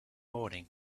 morning